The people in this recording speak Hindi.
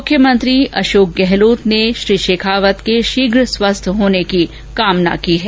मुख्यमंत्री अशोक गहलोत ने श्री शेखावत के शीघ्र स्वस्थ होने की कामना की है